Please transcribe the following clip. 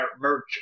merch